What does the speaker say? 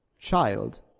child